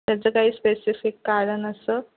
त्याचं काही स्पेसिफिक कारण असं